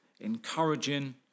Encouraging